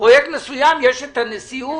פרויקט מסוים יש את הנשיאות,